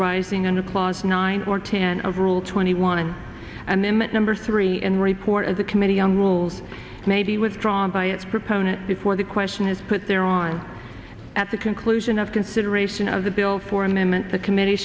arising in a clause nine or ten of rule twenty one and then at number three and report as a committee young rules may be withdrawn by its proponent before the question is put there on at the conclusion of consideration of the bill for a moment the committee